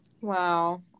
Wow